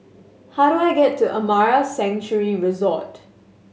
how do I get to Amara Sanctuary Resort